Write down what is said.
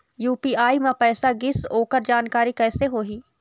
UPI म पैसा गिस ओकर जानकारी कइसे होही?